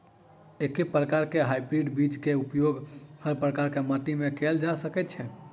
एके प्रकार केँ हाइब्रिड बीज केँ उपयोग हर प्रकार केँ माटि मे कैल जा सकय छै?